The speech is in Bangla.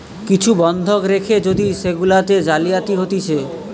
কিছু বন্ধক রেখে যদি সেগুলাতে জালিয়াতি হতিছে